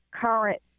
current